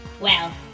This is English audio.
Well